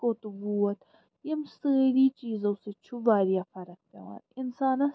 کوٚت ووت یِم سٲری چیٖزو سۭتۍ چھِ وارِیاہ فرق پیٚوان اِنسانَس